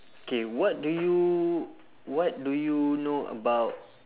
K what do you what do you know about